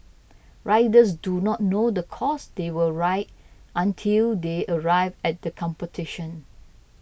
riders do not know the course they will ride until they arrive at the competition